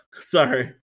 Sorry